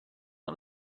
not